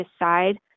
decide